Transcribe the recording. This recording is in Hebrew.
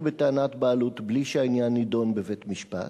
בטענת בעלות בלי שהעניין יידון בבית-משפט,